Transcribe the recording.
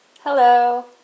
Hello